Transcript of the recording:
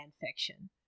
fiction